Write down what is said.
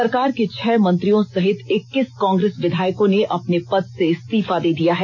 सरकार के छह मंत्रियों सहित इक्कीस कांग्रेस विधायकों ने अपने पद से इस्तीफा दे दिया हैं